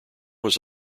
was